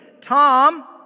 Tom